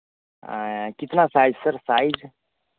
कितना size sir size